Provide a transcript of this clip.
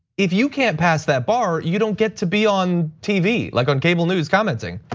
if you can pass that bar, you don't get to be on tv, like on cable news commenting.